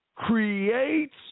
Creates